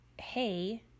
hey